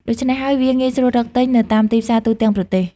ដូច្នេះហើយ វាងាយស្រួលរកទិញនៅតាមទីផ្សារទូទាំងប្រទេស។